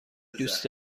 دوست